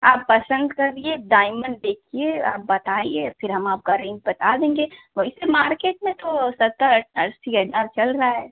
आप पसंद करिए डाइमंड देखिए आप बताइए फिर हम आपका रेंज बता देंगे वैसे मार्केट में तो सत्तर अस्सी हज़ार चल रहा है